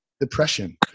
depression